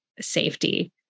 safety